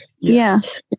Yes